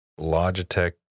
Logitech